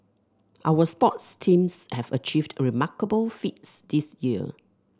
our sports teams have achieved remarkable feats this year